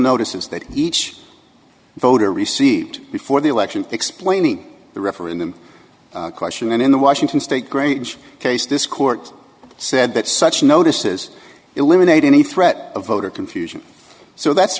notices that each voter received before the election explaining the referendum question and in the washington state grange case this court said that such notices eliminate any threat of voter confusion so that's